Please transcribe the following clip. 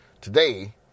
Today